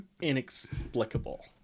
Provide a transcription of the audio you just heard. inexplicable